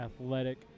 Athletic